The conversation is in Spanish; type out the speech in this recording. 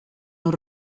los